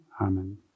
Amen